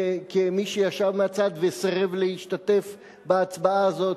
כמי שישב מהצד וסירב להשתתף בהצבעה הזאת,